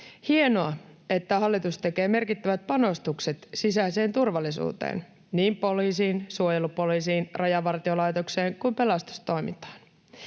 Hienoa, että hallitus tekee merkittävät panostukset sisäiseen turvallisuuteen niin poliisiin, suojelupoliisiin, Rajavartiolaitokseen kuin pelastustoimintaan.